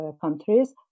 countries